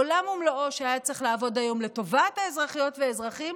עולם ומלואו שהיה צריך לעבוד היום לטובת האזרחיות והאזרחים,